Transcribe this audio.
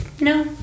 no